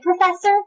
Professor